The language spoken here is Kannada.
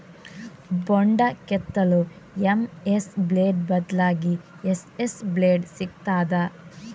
ಬೊಂಡ ಕೆತ್ತಲು ಎಂ.ಎಸ್ ಬ್ಲೇಡ್ ಬದ್ಲಾಗಿ ಎಸ್.ಎಸ್ ಬ್ಲೇಡ್ ಸಿಕ್ತಾದ?